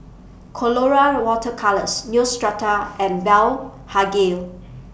Colora Water Colours Neostrata and Blephagel